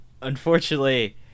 Unfortunately